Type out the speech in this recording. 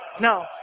no